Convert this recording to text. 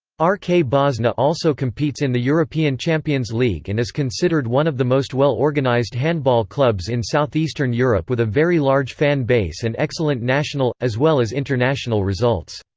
um rk bosna also competes in the european champions league and is considered one of the most well organised handball clubs in south-eastern europe with a very large fan base and excellent national, as well as international results.